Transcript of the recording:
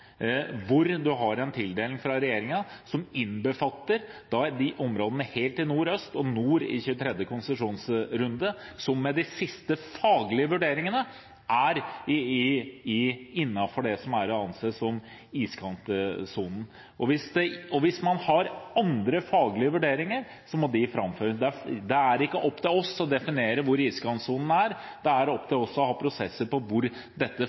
en tildeling fra regjeringen som innbefatter områdene helt i nordøst og nord i 23. konsesjonsrunde, og som med de siste faglige vurderingene er innenfor det som er å anse som iskantsonen. Hvis man har andre faglige vurderinger, må de framføres. Det er ikke opp til oss å definere hvor iskantsonen er. Det er opp til oss å ha prosesser på hvor dette